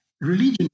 religion